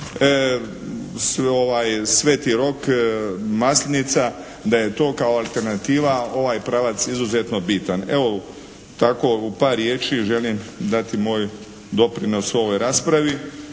Sveti Rok, Maslenica, da je to kao alternativa, ovaj pravac izuzetno bitan. Evo, tako u par riječi želim dati moj doprinos u ovoj raspravi.